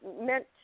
meant